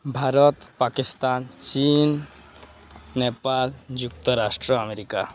ଭାରତ ପାକିସ୍ତାନ୍ ଚୀନ୍ ନେପାଳ ଯୁକ୍ତରାଷ୍ଟ୍ର ଆମେରିକା